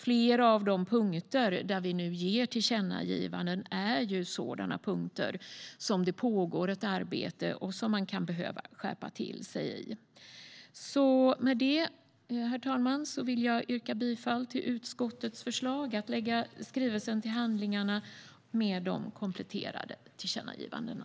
Flera av de punkter där vi nu gör tillkännagivanden är sådana som det pågår ett arbete med och som man kan behöva skärpa till sig i. Med det, herr talman, vill jag yrka bifall till utskottets förslag att lägga skrivelsen till handlingarna med de kompletterande tillkännagivandena.